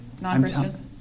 Non-Christians